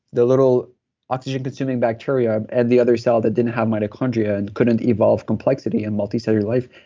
the little oxygen-consuming bacteria and the other cell that didn't have mitochondria and couldn't evolve complexity and multicellular life.